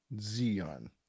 Zion